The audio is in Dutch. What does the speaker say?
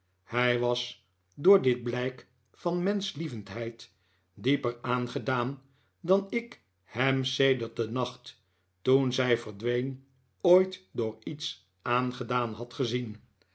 hij was door dit blijk van menschlievendheid dieper aangedaan dan ik hem sedert den nacht toen zij verdween ooit door iets aangedaan had gezien